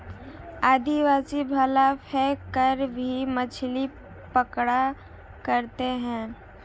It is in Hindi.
आदिवासी भाला फैंक कर भी मछली पकड़ा करते थे